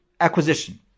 acquisition